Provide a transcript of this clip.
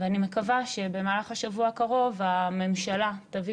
אני מקווה שבמהלך השבוע הקרוב הממשלה תביא